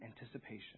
anticipation